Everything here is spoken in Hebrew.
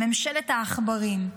ממשלת העכברים,